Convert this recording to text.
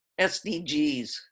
SDGs